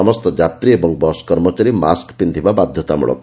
ସମସ୍ତ ଯାତ୍ରୀ ଏବଂ ବସ୍ କର୍ମଚାରୀ ମାସ୍କ ପିଛିବା ବାଧତାମୂଳକ